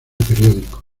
periódicos